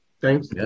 Thanks